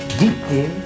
deeply